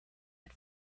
had